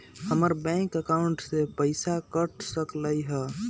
हमर bank account से पैसा कट सकलइ ह?